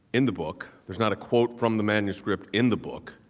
in the book. there is not a quote from the manuscript in the book.